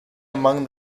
among